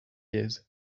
years